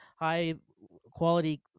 high-quality